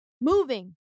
moving